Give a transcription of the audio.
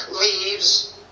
leaves